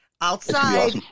Outside